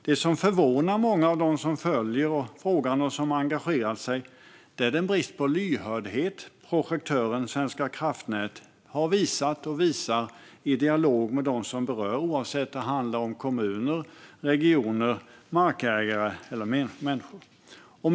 Det som förvånar många av dem som följer frågan och som har engagerat sig är bristen på lyhördhet som projektören Svenska kraftnät har visat och visar i dialogen med dem som berörs, oavsett om det handlar om kommuner, regioner, markägare eller enskilda individer. Fru talman!